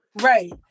Right